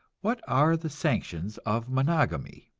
what are the sanctions of monogamy,